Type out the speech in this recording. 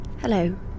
Hello